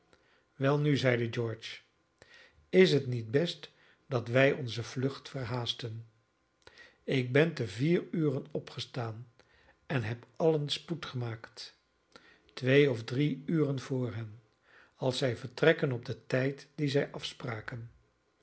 welnu zeide george is het niet best dat wij onze vlucht verhaasten ik ben te vier uren opgestaan en heb allen spoed gemaakt twee of drie uren voor hen als zij vertrekken op den tijd dien zij afspraken